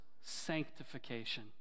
sanctification